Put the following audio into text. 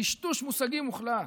טשטוש מושגים מוחלט.